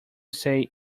say